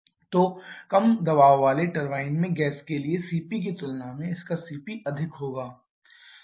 तो कम दबाव वाले टरबाइन में गैस के लिए cp की तुलना में इसका cp अधिक हो सकता है